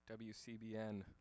WCBN